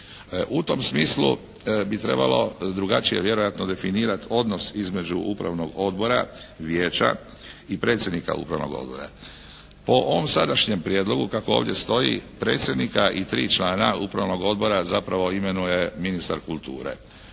U tom smislu bi trebalo drugačije vjerojatno definirati odnos između upravnog odbora, vijeća i predsjednika upravnog odbora. Po ovom sadašnjem prijedlogu kako ovdje stoji predsjednika i tri člana upravnog odbora zapravo imenuje ministar kulture.